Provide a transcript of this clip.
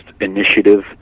initiative